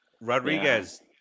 Rodriguez